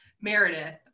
Meredith